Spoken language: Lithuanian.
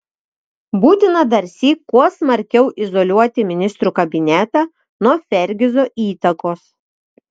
būtina darsyk kuo smarkiau izoliuoti ministrų kabinetą nuo fergizo įtakos